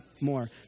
more